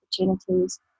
opportunities